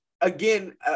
again